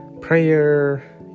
prayer